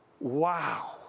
Wow